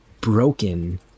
broken